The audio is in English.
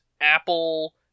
apple